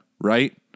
Right